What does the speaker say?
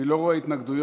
אני לא רואה התנגדויות,